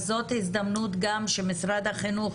אז זאת הזדמנות גם שמשרד החינוך,